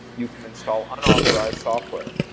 you can install unauthorized software.